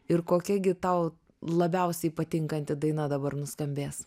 ir kokia gi tau labiausiai patinkanti daina dabar nuskambės